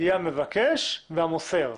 יהיה המבקש והמוסר.